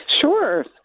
Sure